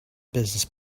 business